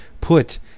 put